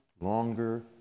longer